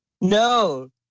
No